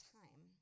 time